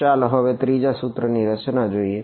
ચાલો હવે 3જા સૂત્રની રચના જોઈએ